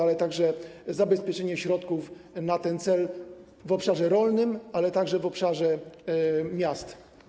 Chodzi także o zabezpieczenie środków na ten cel w obszarze rolnym, ale także w obszarze miast.